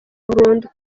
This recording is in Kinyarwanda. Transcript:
burundu